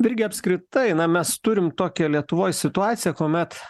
virgi apskritai na mes turim tokią lietuvoj situaciją kuomet